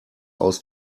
aus